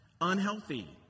unhealthy